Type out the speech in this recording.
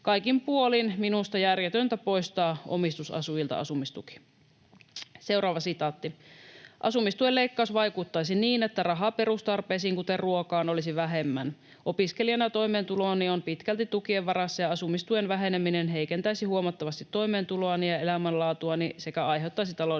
Kaikin puolin on minusta järjetöntä poistaa omistusasujilta asumistuki.” ”Asumistuen leikkaus vaikuttaisi niin, että rahaa perustarpeisiin, kuten ruokaan, olisi vähemmän. Opiskelijana toimeentuloni on pitkälti tukien varassa, ja asumistuen väheneminen heikentäisi huomattavasti toimeentuloani ja elämänlaatuani sekä aiheuttaisi taloudellista